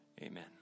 Amen